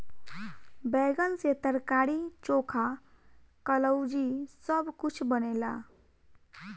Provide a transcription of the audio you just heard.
बैगन से तरकारी, चोखा, कलउजी सब कुछ बनेला